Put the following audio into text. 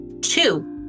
Two